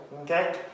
okay